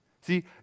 See